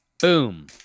boom